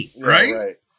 right